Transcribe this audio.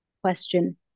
question